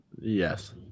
Yes